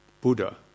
Buddha